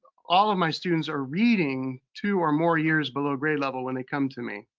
all of my students are reading two or more years below grade level when they come to me.